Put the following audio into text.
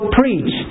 preach